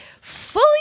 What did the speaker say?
fully